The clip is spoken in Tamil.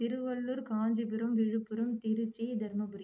திருவள்ளூர் காஞ்சிபுரம் விழுப்புரம் திருச்சி தருமபுரி